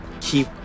keep